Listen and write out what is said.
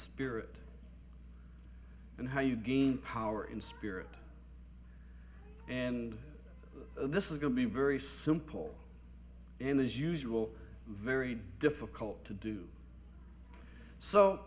spirit and how you gain power in spirit and this is going to be very simple and as usual very difficult to do so